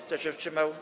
Kto się wstrzymał?